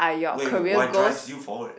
wait wait what drive you forward